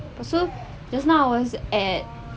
lepas tu just now was at